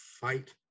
fight